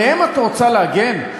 עליהם את רוצה להגן?